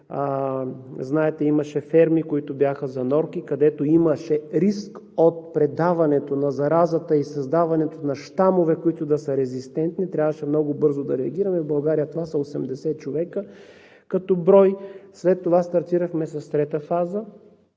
знаете, имаше ферми, които бяха за норки, където имаше риск от предаването на заразата и създаването на щамове, които да са резистентни, трябваше много бързо да реагираме. В България това са 80 човека като брой. След това стартирахме с трета фаза,